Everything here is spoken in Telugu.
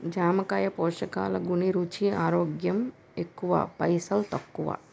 జామకాయ పోషకాల ఘనీ, రుచి, ఆరోగ్యం ఎక్కువ పైసల్ తక్కువ